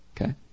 Okay